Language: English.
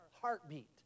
heartbeat